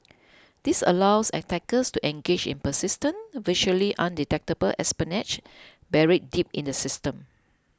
this allows attackers to engage in persistent virtually undetectable espionage buried deep in the system